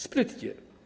Sprytnie.